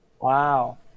Wow